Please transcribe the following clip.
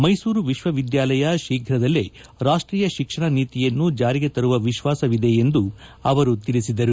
ಮೈಸೂರು ವಿಶ್ವವಿದ್ಯಾಲಯ ಶೀಘದಲ್ಲೇ ರಾಷ್ಲೀಯ ಶಿಕ್ಷಣ ನೀತಿಯನ್ನು ಜಾರಿಗೆ ತರುವ ವಿಶ್ವಾಸವಿದೆ ಎಂದು ತಿಳಿಸಿದರು